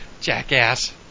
Jackass